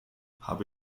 habe